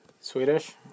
Swedish